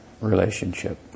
relationship